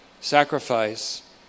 Sacrifice